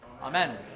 amen